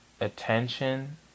attention